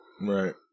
Right